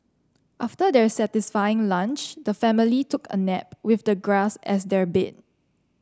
after their satisfying lunch the family took a nap with the grass as their bed